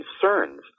concerns